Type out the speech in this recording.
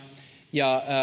ja